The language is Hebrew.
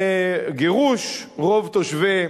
גירוש, רוב תושבי